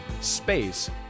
space